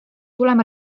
tulema